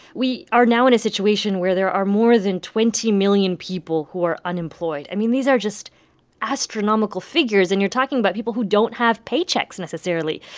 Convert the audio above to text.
we are now in a situation where there are more than twenty million people who are unemployed. i mean, these are just astronomical figures, and you're talking about people who don't have paychecks, necessarily.